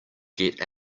get